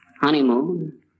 Honeymoon